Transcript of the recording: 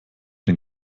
den